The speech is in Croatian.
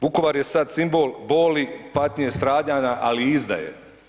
Vukovar je sad simbol boli, patnje, stradanja ali i izdaje.